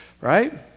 Right